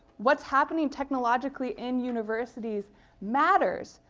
what's happening technologically in universities matters!